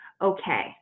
okay